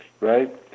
right